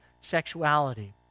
sexuality